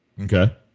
Okay